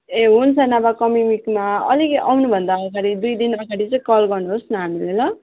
ए हुन्छ नभए कमिङ विकमा अलिक आउनु भन्दा अगाडि दुई दिन अगाडि चाहिँ कल गर्नु होस न हामीलाई ल